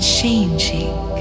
changing